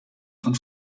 von